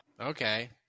Okay